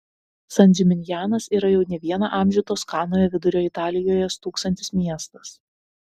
san džiminjanas yra jau ne vieną amžių toskanoje vidurio italijoje stūksantis miestas